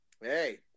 Hey